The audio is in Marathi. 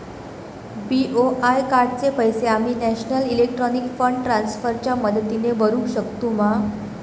बी.ओ.आय कार्डाचे पैसे आम्ही नेशनल इलेक्ट्रॉनिक फंड ट्रान्स्फर च्या मदतीने भरुक शकतू मा?